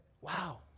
wow